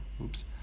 oops